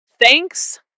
Thanks